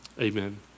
amen